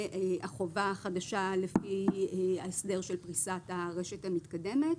והחובה החדשה לפי ההסדר של פריסת הרשת המתקדמת,